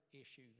issue